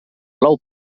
plou